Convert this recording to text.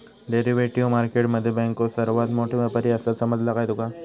Derivative market मध्ये बँको सर्वात मोठे व्यापारी आसात, समजला काय तुका?